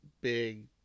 big